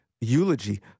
eulogy